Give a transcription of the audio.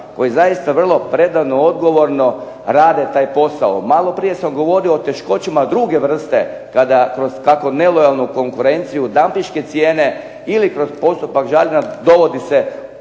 koji zaista vrlo predano, odgovorno rade taj posao. Malo prije sam govorio o teškoćama druge vrste kada kroz tako nelojalnu konkurenciju, dampinške cijene ili kroz postupak žaljenja dovodi se